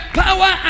power